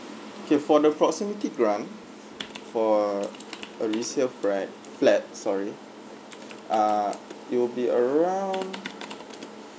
okay for the proximity grant for uh a resale flat flat sorry ah it'll be around